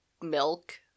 milk